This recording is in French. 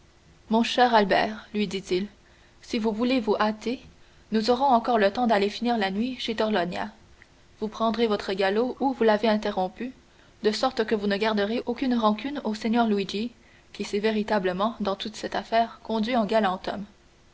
mon cher albert lui dit-il si vous voulez vous hâter nous aurons encore le temps d'aller finir la nuit chez torlonia vous prendrez votre galop où vous l'avez interrompu de sorte que vous ne garderez aucune rancune au seigneur luigi qui s'est véritablement dans toute cette affaire conduit en galant homme